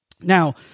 Now